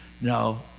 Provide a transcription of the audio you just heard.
no